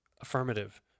affirmative